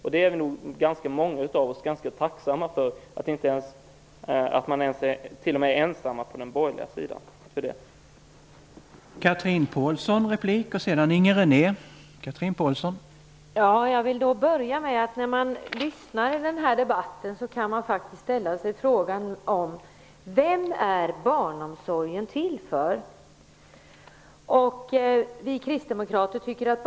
Rätt många av oss är nog ganska tacksamma för att de t.o.m. på den borgerliga sidan är ensamma om en sådan politik.